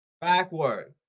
backward